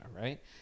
right